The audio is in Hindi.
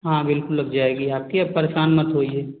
हाँ बिल्कुल लग जाएगी आपकी आप परेशान मत होइए